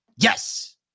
Yes